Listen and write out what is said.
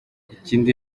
ikindi